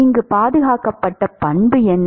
இங்கு பாதுகாக்கப்பட்ட சொத்து என்ன